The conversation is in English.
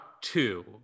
two